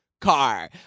car